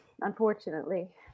unfortunately